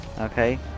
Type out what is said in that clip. Okay